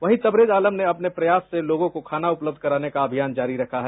यहीं तबरेज आलम ने अपने प्रयास से लोगों को खाना उपलब्ध कराने का अभियान जारी रखा है